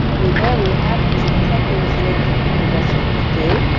we marry an average of ten years later in the west today.